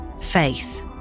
faith